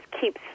keeps